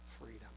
freedom